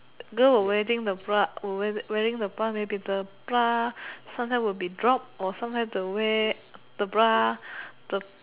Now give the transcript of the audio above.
girl would wearing the bra would wear wearing the bra maybe the bra sometime will be drop or sometime the wear the bra the